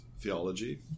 theology